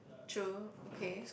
true okay